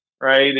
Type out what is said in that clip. Right